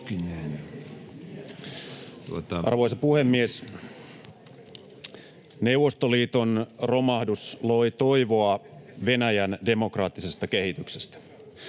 Arvoisa puhemies! Neuvostoliiton romahdus loi toivoa Venäjän demokraattisesta kehityksestä.